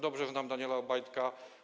Dobrze znam Daniela Obajtka.